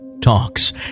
Talks